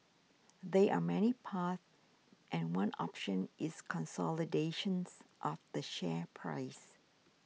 there are many paths and one option is consolidations of the share price